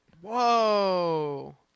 Whoa